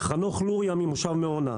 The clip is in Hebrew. חנוך לוריא ממושב מעונה,